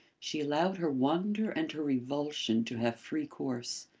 she allowed her wonder and her revulsion to have free course.